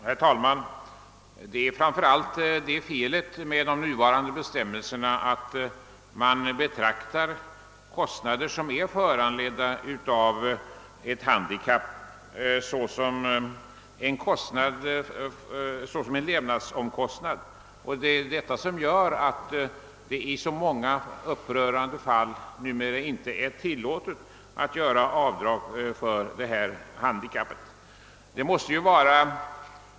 Herr talman! Felet med de nuvarande bestämmelserna är framför allt att man betraktar kostnader som är föranledda av ett handikapp såsom levnadsomkostnader. Detta gör att det i så många upprörande fall numera inte är tillålet att göra avdrag för handikapp.